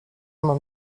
mam